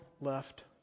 left